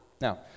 Now